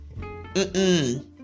-mm